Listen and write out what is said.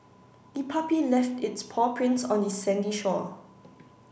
the puppy left its paw prints on the sandy shore